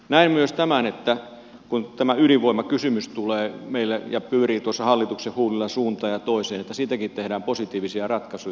näen myös tämän että kun tämä ydinvoimakysymys tulee meille ja pyörii tuossa hallituksen huulilla suuntaan ja toiseen niin siitäkin tehdään positiivisia ratkaisuja